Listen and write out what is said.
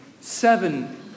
seven